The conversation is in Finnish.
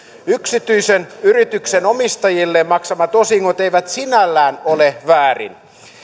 yksityisen yrityksen omistajille maksamat osingot eivät sinällään ole väärin